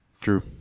true